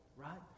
Right